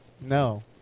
No